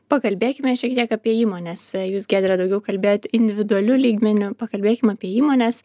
pakalbėkime šiek tiek apie įmones jūs giedre daugiau kalbėjot individualiu lygmeniu pakalbėkim apie įmonės